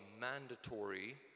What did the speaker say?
mandatory